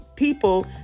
people